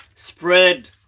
spread